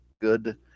good